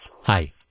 Hi